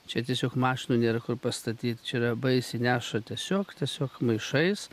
čia tiesiog mašinų nėra kur pastatyti čia yra baisiai neša tiesiog tiesiog maišais